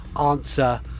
answer